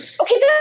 Okay